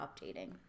updating